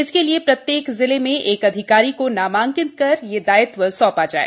इसके लिए प्रत्येक जिले में एक अधिकारी को नामांकित कर यह दायित्व सौंपा जाए